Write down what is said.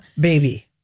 Baby